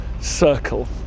circle